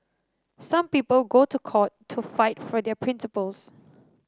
some people go to court to fight for their principles